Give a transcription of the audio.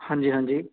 ਹਾਂਜੀ ਹਾਂਜੀ